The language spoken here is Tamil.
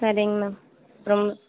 சரிங்க மேம் ரொம்ப